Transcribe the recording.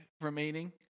remaining